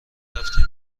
رفتیم